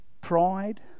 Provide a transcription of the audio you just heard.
pride